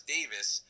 Davis